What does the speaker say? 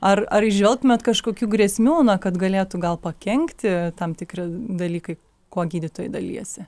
ar ar įžvelgtumėt kažkokių grėsmių na kad galėtų gal pakenkti tam tikri dalykai kuo gydytojai dalijasi